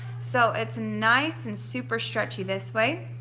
so it's nice and super stretchy this way